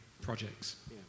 projects